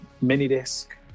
mini-disc